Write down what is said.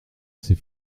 ces